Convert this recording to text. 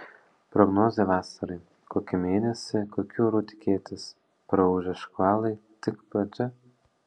prognozė vasarai kokį mėnesį kokių orų tikėtis praūžę škvalai tik pradžia